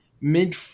mid